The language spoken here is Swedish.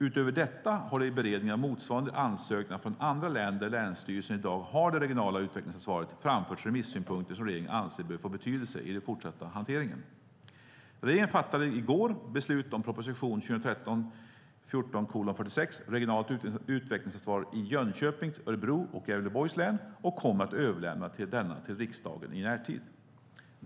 Utöver detta har det i beredningen av motsvarande ansökningar från andra län där länsstyrelsen i dag har det regionala utvecklingsansvaret framförts remissynpunkter som regeringen anser bör få betydelse i den fortsatta hanteringen. Regeringen fattade i går beslut om proposition 2013/14:46 Regionalt utvecklingsansvar i Jönköpings, Örebro och Gävleborgs län och kommer att överlämna denna till riksdagen i närtid.